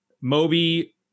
Moby